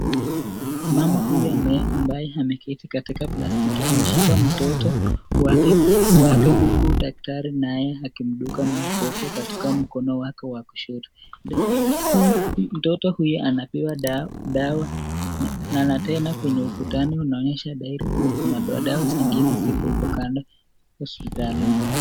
Mama huyu ambaye ameketi katika plastiki ameshika mtoto wake huku daktari naye akimduka mtoto katika mkono wake wa kushoto. Huyu mtoto huyu anapewa dawa na tena kwenye ukutani unaonyesha dhahiri kuwa kuna dawa dawa zingine ziko huko kando hospitalini.